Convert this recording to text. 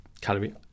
calorie